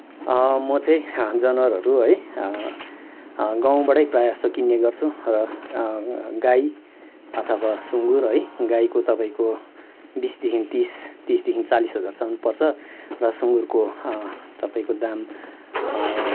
म चाहिँ जनावरहरू है गाउँबाटै प्रायः जस्तो किन्ने गर्छु र गाई अथवा सुँगुर है गाईको तपाईँको बिसदेखि तिस तिसदेखि चालिस हजारसम्म पर्छ र सुँगुरको तपाईँको दाम